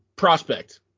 prospect